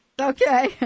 Okay